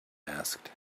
asked